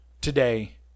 today